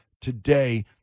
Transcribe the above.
today